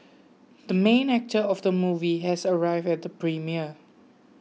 the main actor of the movie has arrived at the premiere